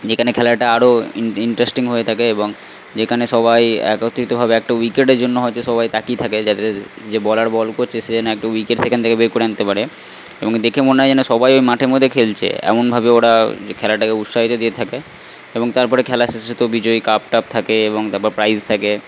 যেখানে খেলাটা আরও ইনট্রেস্টিং হয়ে থাকে এবং যেখানে সবাই একত্রিতভাবে একটা উইকেটের জন্য হয়তো সবাই তাকিয়ে থাকে যাতে যে বোলার বল করছে সে যেন একটা উইকেট সেইখানে থেকে বের করে আনতে পারে এবং দেখে মনে হয় যেন সবাই ওই মাঠের মধ্যে খেলছে এমনভাবে ওরা খেলাটাকে উৎসাহিত দিয়ে থাকে এবং তারপরে খেলা শেষে তো বিজয়ী কাপ টাপ থাকে এবং তারপর প্রাইজ থাকে